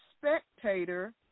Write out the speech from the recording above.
spectator